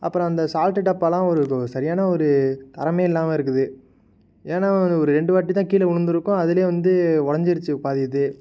அப்புறம் அந்த சால்ட் டப்பாலாம் ஒரு சரியான ஒரு தரமே இல்லாம இருக்குது ஏன்னா அது ஒரு ரெண்டு வாட்டிதான் கீழே விழந்துருக்கும் அதுல வந்து உடைஞ்சிருச்சு பாதி இது